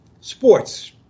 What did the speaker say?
sports